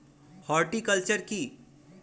Horticulture কি?